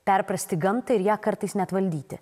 perprasti gamtą ir ją kartais net valdyti